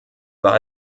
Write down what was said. war